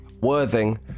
Worthing